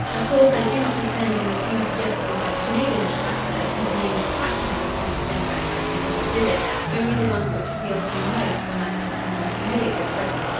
of course i do not pretend in the few suggestions i have made in this chapter to have named a fraction of the points of interest that we did not visit only the ones which appealed to me most when i had become more familiar with britain.